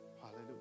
Hallelujah